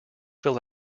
fill